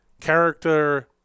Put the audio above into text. character